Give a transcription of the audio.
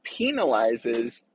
penalizes